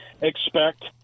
expect